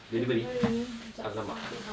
delivery !alamak!